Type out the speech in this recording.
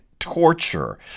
torture